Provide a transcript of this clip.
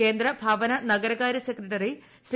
കേന്ദ്ര ഭവന നഗരകാര്യ സെക്രട്ടറി ശ്രീ